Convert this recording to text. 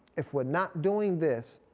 if we're not doing this